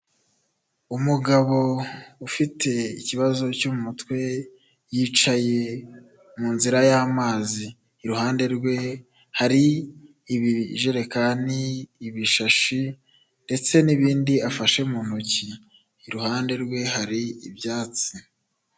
Umugabo ufite ikibazo cyo mu mutwe, yicaye mu nzira y'amazi. Iruhande rwe hari ibijerekani, ibishashi, ndetse n'ibindi afashe mu ntoki. Iruhande rwe hari ibyatsi.